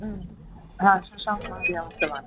हा शशाङ्क् महोदयः उक्तवान्